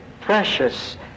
precious